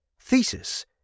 Thesis